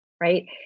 Right